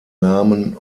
namen